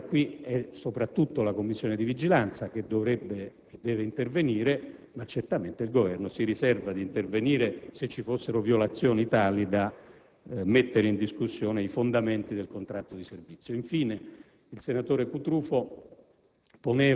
è chiaro che è soprattutto la Commissione di vigilanza che deve attivarsi, ma certamente il Governo si riserva di intervenire, se vi fossero violazioni tali da mettere in discussione i fondamenti del contratto di servizio. Il senatore Cutrufo